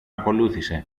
ακολούθησε